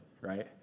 right